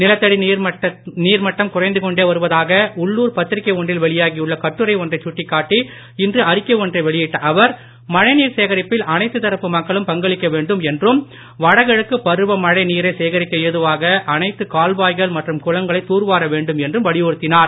நிலத்தடி நீர்மட்டம் குறைந்து கொண்டே வருவதாக உள்ளூர் பத்திரிகை ஒன்றில் வெளியாகியுள்ள கட்டுரை ஒன்றைச் சுட்டிக்காட்டி இன்று அறிக்கை ஒன்றை வெளியட்ட அவர் மழைநீர் சேகரிப்பில் அனைத்துத் தரப்பு மக்களும் பங்களிக்க வேண்டும் என்றும் வடகிழக்கு பருவ மழை நீரை சேகரிக்க ஏதுவாக அனைத்து கால்வாய்கள் மற்றும் குளங்களைத் தூர்வார வெண்டும் என்றும் வலியுறுத்தினார்